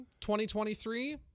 2023